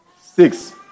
Six